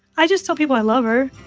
i just tell people i love her